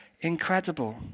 incredible